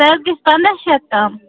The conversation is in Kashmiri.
سُہ حظ گَژھِ پَنداہ شیٚتھ تام